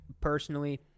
Personally